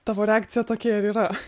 tavo reakcija tokia ir yra